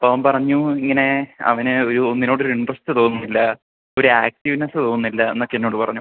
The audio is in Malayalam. അപ്പം അവൻ പറഞ്ഞു ഇങ്ങനെ അവന് ഒരു ഒന്നിനോടുമൊരു ഇൻട്രസ്റ്റ് തോന്നുന്നില്ല ഒരു ആക്റ്റീവ്നെസ്സ് തോന്നുന്നില്ല എന്നൊക്കെ എന്നോട് പറഞ്ഞു